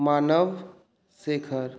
मानव शेखर